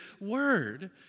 word